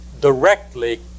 directly